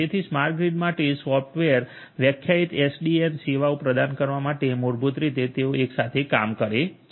તેથી smart grid માટે software વ્યાખ્યાયિત એસડીએન સેવાઓ પ્રદાન કરવા માટે મૂળભૂત રીતે તેઓ એકસાથે કામ કરે છે